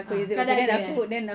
ah kau dah ada eh